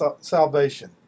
salvation